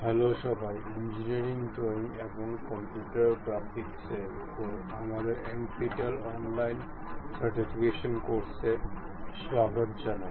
hello সবাই engineering drawing এবং computer graphics এর উপর আমাদের NPTEL অনলাইন সার্টিফিকেশন কোর্স স্বাগত জানাই